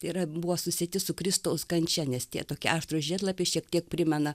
yra buvo susieti su kristaus kančia nes tie tokie aštrūs žiedlapiai šiek tiek primena